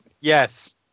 Yes